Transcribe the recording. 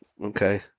okay